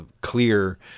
clear